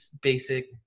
basic